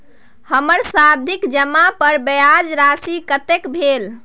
हमर सावधि जमा पर ब्याज राशि कतेक भेल?